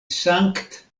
sankt